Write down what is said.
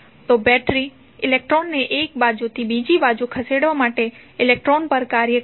તો બેટરી ઇલેક્ટ્રોનને એક બાજુથી બીજી બાજુ ખસેડવા માટે ઇલેક્ટ્રોન પર કાર્ય કરશે